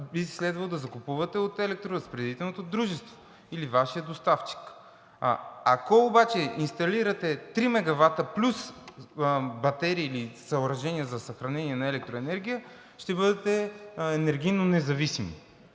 би следвало да закупувате от електроразпределителното дружество или Вашия доставчик. Ако обаче инсталирате 3 мегавата плюс батерии или съоръжения за съхранение на електроенергия, ще бъдете енергийно независими.